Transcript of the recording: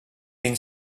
been